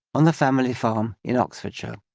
on the family farm in oxfordshire.